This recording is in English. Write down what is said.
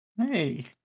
Hey